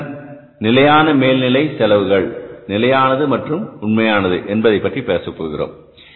பின்னர் நிலையான மேல்நிலை செலவுகள் நிலையானது மற்றும் உண்மையானது என்பதை பற்றி பேசப்போகிறோம்